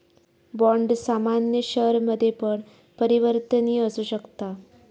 bond सामान्य शेयरमध्ये पण परिवर्तनीय असु शकता